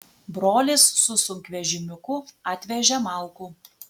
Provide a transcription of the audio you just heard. brolis su sunkvežimiuku atvežė malkų